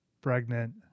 pregnant